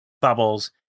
bubbles